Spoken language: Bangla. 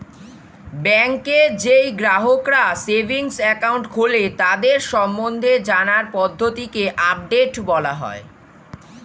ব্যাংকে যেই গ্রাহকরা সেভিংস একাউন্ট খোলে তাদের সম্বন্ধে জানার পদ্ধতিকে আপডেট বলা হয়